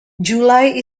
july